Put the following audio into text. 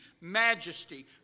majesty